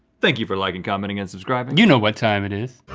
thank you for liking, commenting and subscribing. you know what time it is.